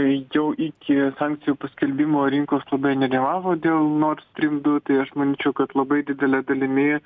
jau iki sankcijų paskelbimo rinkos labai nerimavo dėl nord stream du tai aš manyčiau kad labai didele dalimi